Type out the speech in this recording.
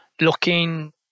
looking